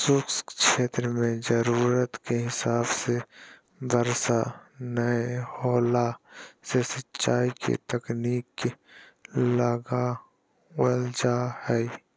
शुष्क क्षेत्र मे जरूरत के हिसाब से बरसा नय होला से सिंचाई के तकनीक लगावल जा हई